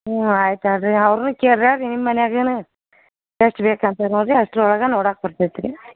ಹ್ಞೂ ಆಯ್ತಾ ರೀ ಅವ್ರನ್ನು ಕೇಳ್ರಾ ರೀ ನಿಮ್ಮ ಮನೆಯಾಗೆ ಎಷ್ಟು ಬೇಕು ಅಂತ ನೋಡ್ರಿ ಅಷ್ಟರ ಒಳಗೆ ನೋಡೋಕ್ ಬರ್ತಾದೆ ರೀ